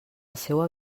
seua